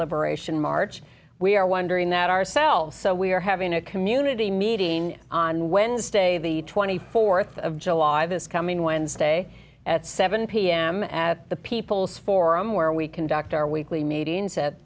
liberation march we are wondering that ourselves so we are having a community meeting on wednesday the th of july this coming wednesday at seven pm at the people's forum where we conduct our weekly meetings at